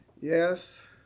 Yes